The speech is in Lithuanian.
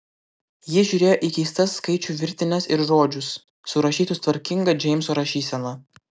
ji žiūrėjo į keistas skaičių virtines ir žodžius surašytus tvarkinga džeimso rašysena